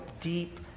deep